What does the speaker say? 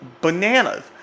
Bananas